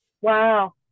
Wow